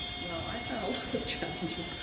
well i found a lot of challenges.